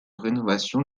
rénovation